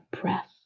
breath